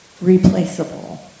replaceable